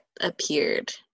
appeared